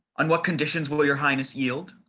on what conditions will your highness yield?